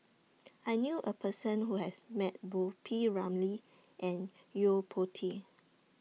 I knew A Person Who has Met Both P Ramlee and Yo Po Tee